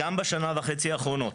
גם בשנה וחצי האחרונות.